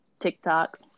TikTok